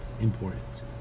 important